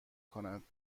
کند